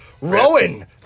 Rowan